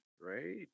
right